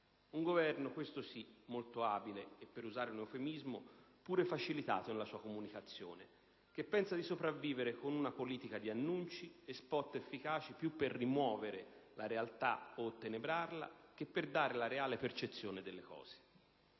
un Governo - questo sì - molto abile e, per usare un eufemismo, pure facilitato nella sua comunicazione, che pensa di sopravvivere con una politica di annunci e spot, efficaci più per rimuovere o ottenebrare la realtà che per dare la reale percezione delle cose.